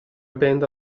benda